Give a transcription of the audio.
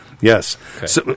Yes